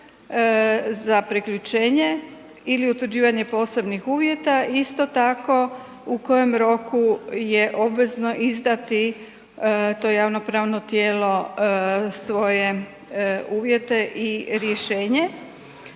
za priključenje ili utvrđivanje posebnih uvjeta. Isto tako u kojem roku je obvezno izdati to javno pravno tijelo svoje uvjete i rješenje.